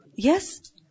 Yes